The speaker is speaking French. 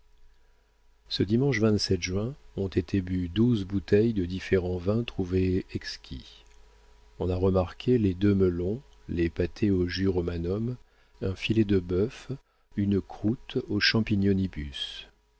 ce dimanche juin ont été bus douze bouteilles de différents vins trouvés exquis on a remarqué les deux melons les pâtés au jus romanum un filet de bœuf une croûte aux champignonibus